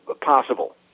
possible